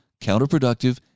counterproductive